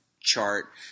chart